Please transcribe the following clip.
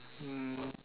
um